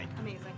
Amazing